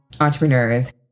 entrepreneurs